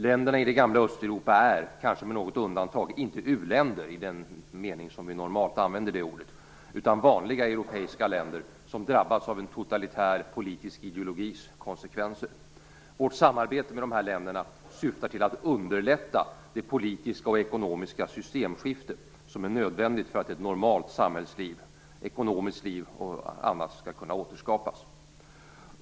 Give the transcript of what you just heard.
Länderna i det gamla Östeuropa är, kanske med något undantag, inte u-länder i den mening som vi normalt använder det ordet, utan vanliga europeiska länder, som har drabbats av en totalitär politisk ideologis konsekvenser. Vårt samarbete med dessa länder syftar till att underlätta det politiska och ekonomiska systemskifte som är nödvändigt för att ett normalt samhällsliv, ekonomiskt liv och annat skall kunna återskapas.